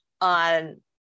on